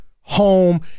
home